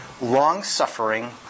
long-suffering